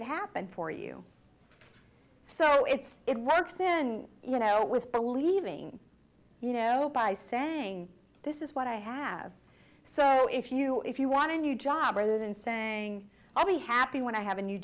it happen for you so it's it works in you know with believing you know by saying this is what i have so if you if you want a new job rather than saying i'll be happy when i have a new